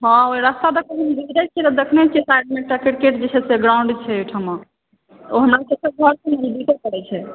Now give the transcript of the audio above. हाँ ओहि रास्ता दय के जाइ छियै तऽ देखने छियै अपार्टमेंट सॅं सटले ग्राउंड छै ओहिठमा ओ हमरा सभक घर सॅं नजदीके परै छै